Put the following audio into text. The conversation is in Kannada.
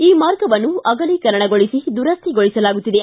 ಈ ಮಾರ್ಗವನ್ನೂ ಅಗಲೀಕರಣಗೊಳಿಸಿ ದುರಸ್ಥಗೊಳಿಸಲಾಗುತ್ತಿದೆ